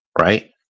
right